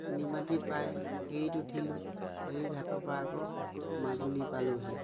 নিমাটি পায় ফেৰীত উঠিলোঁ ফেৰী ঘাটৰ পৰা আকৌ মাজুলি পালোঁহি